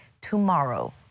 tomorrow